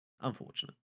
unfortunate